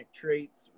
traits